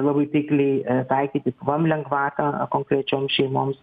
labai taikliai taikyti pvm lengvatą konkrečioms šeimoms